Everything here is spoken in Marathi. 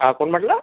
हा कोण म्हटलं